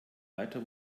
weiter